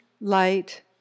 light